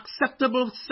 acceptable